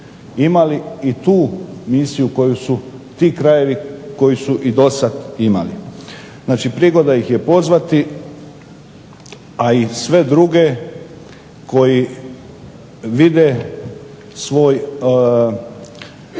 imali i tu misiju koju su ti krajevi koji su i do sad imali. Znači, prigoda ih je pozvati, a i sve druge koji vide svoju